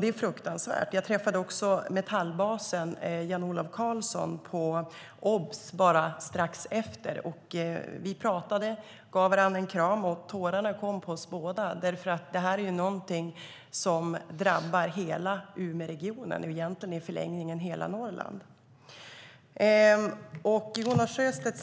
Det är fruktansvärt. Jag träffade den lokala Metallordföranden Jan-Olov Carlsson på Obs! strax efter. Vi pratade och gav varandra en kram. Tårarna kom hos oss båda. Det här är något som drabbar hela Umeregionen, i förlängningen hela Norrland. Enligt Jonas Sjöstedt